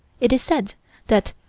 it is said that,